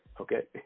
okay